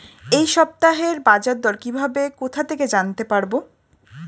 এই সপ্তাহের বাজারদর কিভাবে কোথা থেকে জানতে পারবো?